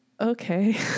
Okay